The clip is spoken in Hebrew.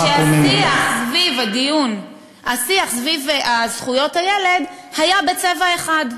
שהשיח סביב זכויות הילד היה בצבע אחד.